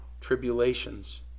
tribulations